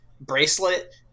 bracelet